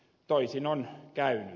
toisin on käynyt